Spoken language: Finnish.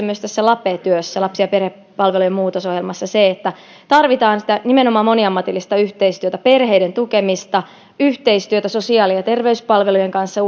myös hallituksen lape työssä lapsi ja perhepalvelujen muutosohjelmassa se että tarvitaan nimenomaan moniammatillista yhteistyötä perheiden tukemista yhteistyötä uusissa perustettavissa maakunnissa sosiaali ja terveyspalvelujen kanssa